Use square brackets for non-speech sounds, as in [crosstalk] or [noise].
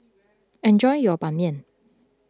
[noise] enjoy your Ban Mian